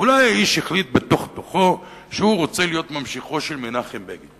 אולי האיש החליט בתוך תוכו שהוא רוצה להיות ממשיכו של מנחם בגין.